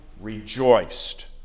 rejoiced